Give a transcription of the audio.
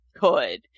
good